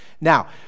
Now